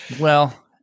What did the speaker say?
Well-